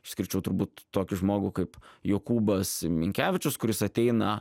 išskirčiau turbūt tokį žmogų kaip jokūbas minkevičius kuris ateina